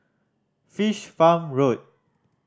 Fish Farm Road